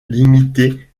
limitée